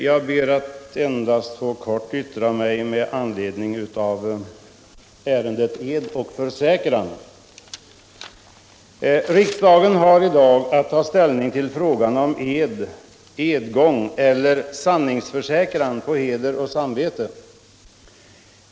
Herr talman! Jag ber att kortfattat få yttra mig om ärendet ed och försäkran. Riksdagen har i dag att ta ställning till frågan om edgång eller sanningsförsäkran på heder och samvete.